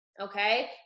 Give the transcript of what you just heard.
okay